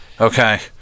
Okay